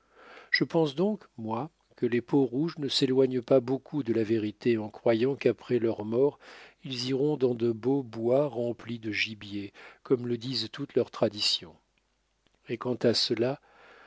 je pense donc moi que les peaux-rouges ne s'éloignent pas beaucoup de la vérité en croyant qu'après leur mort ils iront dans de beaux bois remplis de gibier comme le disent toutes leurs traditions et quant à cela